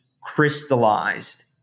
crystallized